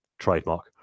Trademark